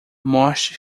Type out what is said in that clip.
mostre